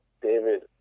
David